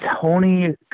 Tony